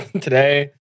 today